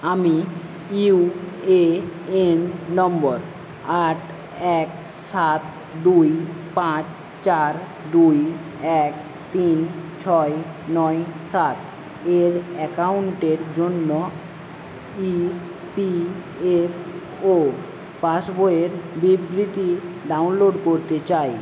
আমি ইউএএন নম্বর আট এক সাত দুই পাঁচ চার দুই এক তিন ছয় নয় সাত এর অ্যাকাউন্টের জন্য ইপিএফও পাস বইয়ের বিবৃতি ডাউনলোড করতে চাই